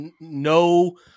no